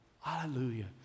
Hallelujah